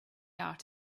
art